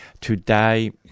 today